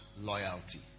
loyalty